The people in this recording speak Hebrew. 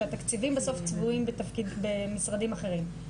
שהתקציבים בסוף צבועים במשרדים אחרים.